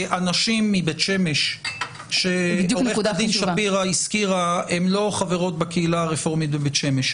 אנשים מבית שמש הן לא חברות בקהילה הרפורמית בבית שמש.